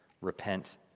Repent